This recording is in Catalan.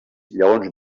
lleons